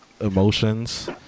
emotions